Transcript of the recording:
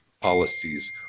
policies